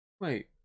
wait